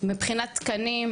מבחינת תקנים,